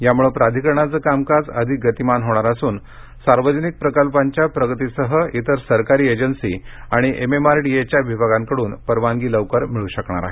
यामुळे प्राधिकरणाचं कामकाज अधिक गतिमान होणार असून सार्वजनिक प्रकल्पांच्या प्रगतीसह इतर सरकारी एजन्सी आणि एमएमआरडीएच्या विभागांकडून परवानगी लवकर मिळू शकणार आहे